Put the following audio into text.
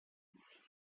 uns